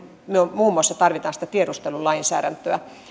muun muassa tarvitsemme sitä tiedustelulainsäädäntöä